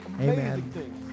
Amen